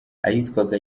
ahitwaga